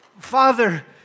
Father